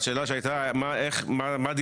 השאלה הייתה מה דינו.